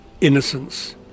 innocence